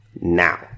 Now